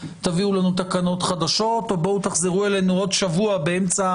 תביאו לנו תקנות חדשות או תחזרו אלינו עוד שבוע באמצע